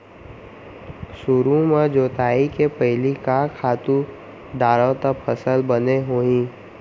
सुरु म जोताई के पहिली का खातू डारव त फसल बने होही?